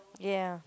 yeah